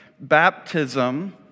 Baptism